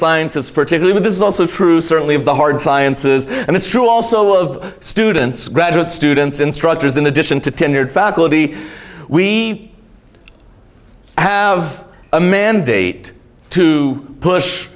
scientists particularly this is also true certainly of the hard sciences and it's true also of students graduate students instructors in addition to tenured faculty we have a mandate to push